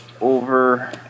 over